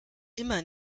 immer